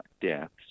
deaths